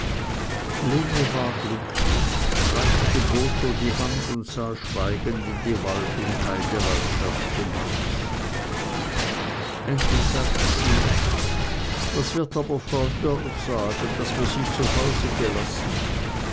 war glücklich reichte botho die hand und sah schweigend in die wald und heidelandschaft hinaus endlich sagte sie was wird aber frau dörr sagen daß wir sie zu hause gelassen